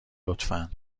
لطفا